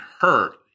hurt